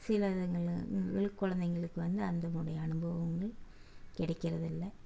சில எங்களுக்கு குழந்தைங்களுக்கு வந்து அதனுடைய அனுபவம் வந்து கிடைக்கிறது இல்லை